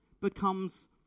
becomes